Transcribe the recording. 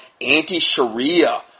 anti-Sharia